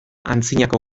antzinako